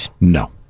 No